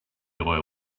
oil